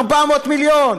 400 מיליון.